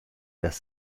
das